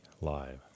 Live